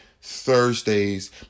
Thursdays